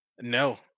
No